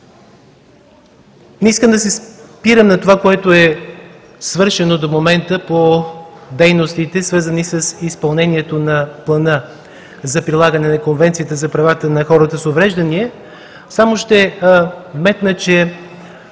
Не искам да се спирам на това, което е свършено до момента по дейностите, свързани с изпълнението на Плана за прилагане на Конвенцията за правата на хората с увреждания, само ще вметна, че